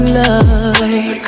love